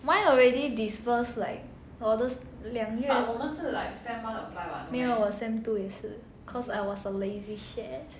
mine already disbursed like 我的两月没有我 sem two 也是 cause I was a lazy shit